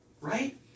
right